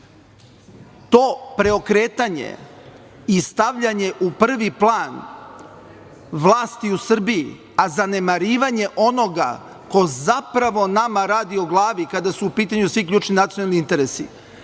preokretanje i stavljanje u prvi plan vlasti u Srbiji, a zanemarivanje onoga ko zapravo nama radi o glavi kada su u pitanju svi ključni nacionalni interesi,